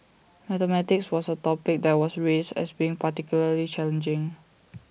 mathematics was A topic that was raised as being particularly challenging